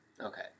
Okay